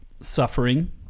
Suffering